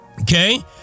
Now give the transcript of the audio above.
Okay